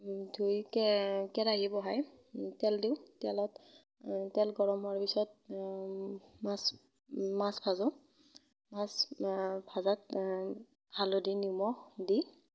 ধুই কেৰা কেৰাহী বহাই তেল দিওঁ তেলত তেল গৰম হোৱাৰ পিছত মাছ মাছ ভাজোঁ মাছ ভজাত হালধি নিমখ দি